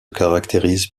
caractérisent